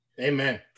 amen